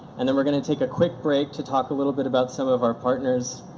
and then we're going to take a quick break to talk a little bit about some of our partners.